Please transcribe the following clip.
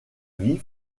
vie